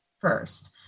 first